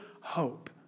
hope